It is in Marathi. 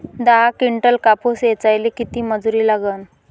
दहा किंटल कापूस ऐचायले किती मजूरी लागन?